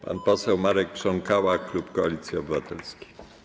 Pan poseł Marek Krząkała, klub Koalicji Obywatelskiej.